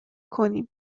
کنیم